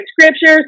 scriptures